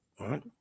right